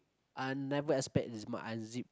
I never expect it might unzip